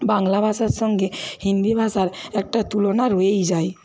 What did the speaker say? বাংলা ভাষার সঙ্গে হিন্দি ভাষার একটা তুলনা রয়েই যায়